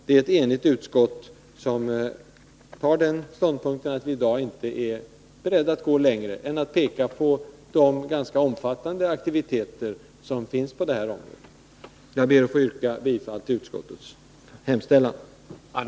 Det är ett enigt utskott som intar den ståndpunkten, att vi i dag inte är beredda att gå längre än att peka på de ganska omfattande aktiviteter som bedrivs på detta område. Jag ber att få yrka bifall till utskottets hemställan.